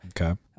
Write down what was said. Okay